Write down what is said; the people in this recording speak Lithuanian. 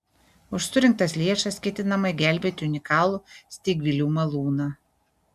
už surinktas lėšas ketinama gelbėti unikalų steigvilių malūną